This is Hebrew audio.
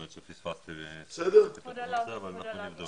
האמת שפספסתי את הנושא אבל אנחנו נבדוק.